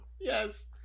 yes